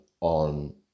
on